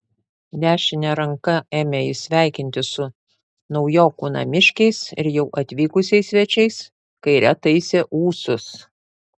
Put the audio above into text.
dešine ranka ėmė jis sveikintis su naujokų namiškiais ir jau atvykusiais svečiais kaire taisė ūsus